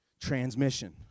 Transmission